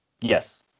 Yes